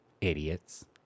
idiots